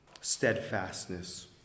steadfastness